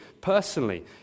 personally